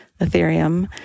Ethereum